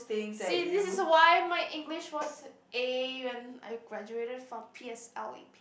see this is why my English was A when I graduated from P_S_L_E